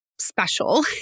special